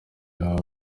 ubwawe